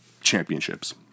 championships